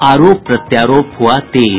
आरोप प्रत्यारोप हुआ तेज